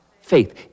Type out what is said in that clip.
Faith